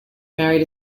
married